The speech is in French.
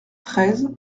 treize